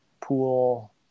pool